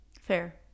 Fair